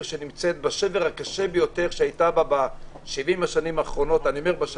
שנמצאת בשבר הקשה ביותר שהיתה בשבעים השנים האחרונות,